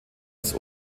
das